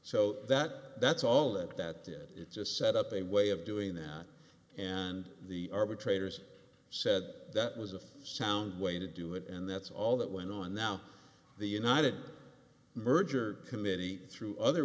so that that's all it that it it's a set up a way of doing that and the arbitrators said that was a sound way to do it and that's all that went on now the united merger committee through other